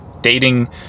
dating